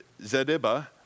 Zediba